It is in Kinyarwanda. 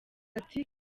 ati